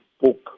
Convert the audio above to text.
book